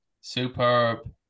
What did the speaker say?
Superb